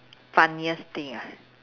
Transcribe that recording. funniest thing ah